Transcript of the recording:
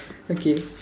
okay